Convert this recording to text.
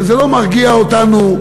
וזה לא מרגיע אותנו,